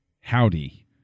howdy